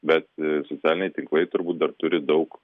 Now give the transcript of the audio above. bet socialiniai tinklai turbūt dar turi daug